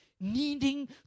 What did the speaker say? needing